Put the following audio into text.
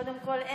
קודם כול,